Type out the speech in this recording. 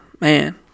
Man